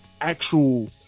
actual